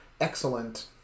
excellent